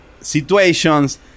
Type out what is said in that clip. situations